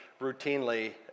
routinely